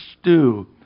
stew